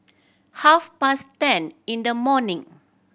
half past ten in the morning